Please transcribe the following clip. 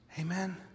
amen